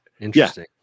Interesting